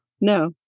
No